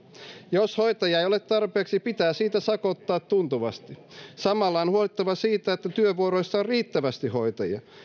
jos hoitajia ei ole tarpeeksi pitää siitä sakottaa tuntuvasti samalla on huolehdittava siitä että työvuoroissa on riittävästi hoitajia